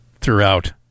throughout